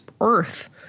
earth